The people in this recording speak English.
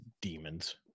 demons